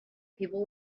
people